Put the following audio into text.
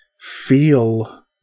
feel